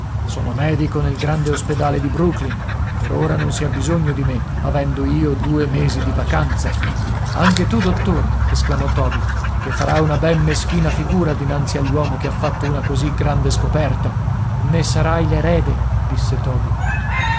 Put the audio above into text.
sono medico nel grande ospedale di brooklyn per ora non si ha bisogno di me avendo io due mesi di vacanza anche tu dottore esclamò toby che farà una ben meschina figura dinanzi all'uomo che ha fatto una così grande scoperta ne sarai l'erede disse toby